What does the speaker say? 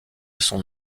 son